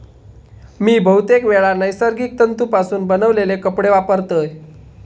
मी बहुतेकवेळा नैसर्गिक तंतुपासून बनवलेले कपडे वापरतय